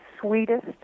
sweetest